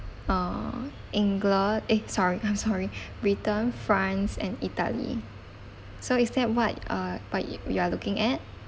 err england eh sorry I'm sorry britain france and italy so is that what uh what you you are looking at